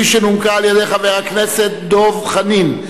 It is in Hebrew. שנומקה על-ידי חבר הכנסת דב חנין,